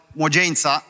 młodzieńca